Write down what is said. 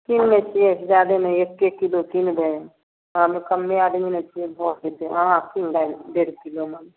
कीनि लेतिए ज्यादे नहि एक्के किलो किनबै हम कमे आदमी ने छिए भऽ जेतै अहाँ कीनि लेब डेढ़ किलो ने